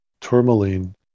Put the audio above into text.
tourmaline